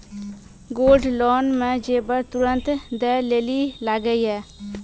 Gold loan मे जेबर तुरंत दै लेली लागेया?